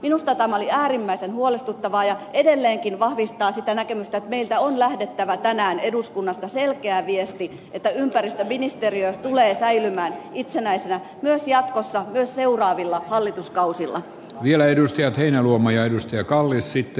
minusta tämä oli äärimmäisen huolestuttavaa ja edelleenkin vahvistaa sitä näkemystä että meiltä on lähdettävä tänään eduskunnasta selkeä viesti että ympäristöministeriö tulee säilymään itsenäisenä myös jatkossa myös seuraavilla hallituskausilla cian edustajat heinäluoma ja ja kallis siitä